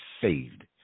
saved